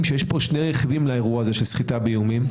שיש כאן שני רכיבים לאירוע הזה של סחיטה באיומים,